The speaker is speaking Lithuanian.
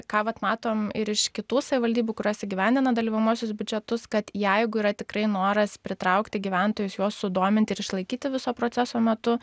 ką vat matom ir iš kitų savivaldybių kurios įgyvendina dalyvaujamuosius biudžetus kad jeigu yra tikrai noras pritraukti gyventojus juos sudominti ir išlaikyti viso proceso metu